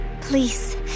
Please